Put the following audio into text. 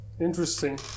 interesting